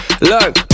Look